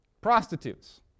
prostitutes